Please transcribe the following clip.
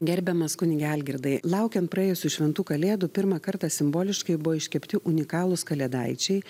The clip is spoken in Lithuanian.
gerbiamas kunige algirdai laukiant praėjusių šventų kalėdų pirmą kartą simboliškai buvo iškepti unikalūs kalėdaičiai